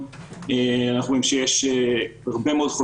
וזה דבר לגיטימי מאוד,